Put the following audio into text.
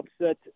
upset